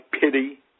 pity